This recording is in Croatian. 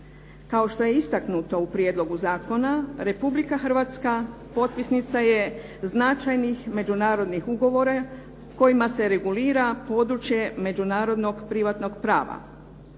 Kao što je istaknuto u Prijedlogu zakona Republika Hrvatska potpisnica je značajnih međunarodnih ugovora kojima se regulira područje međunarodnog privatnog prava.